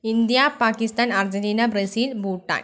India Pakistan Argentina Brazil Bhutan